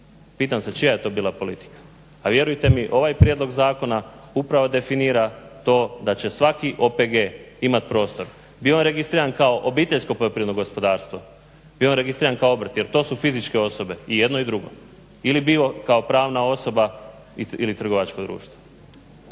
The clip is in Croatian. Pitam se čija je to bila politika? A vjerujte mi ovaj prijedlog zakona upravo definira to da će svaki OPG imati prostor, bio on registriran kao OPG bio on registriran kao obrt jer to su fizičke osobe i jedno i drugo. I bio kao pravna osoba ili trgovačko društvo.